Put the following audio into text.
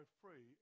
free